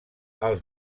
els